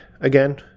again